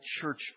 church